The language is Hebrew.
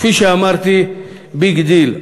כפי שאמרתי, ביג דיל.